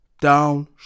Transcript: Down